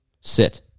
sit